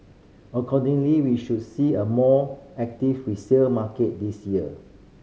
accordingly we should see a more active resale market this year